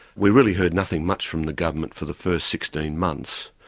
we really heard nothing much from the government for the first sixteen months,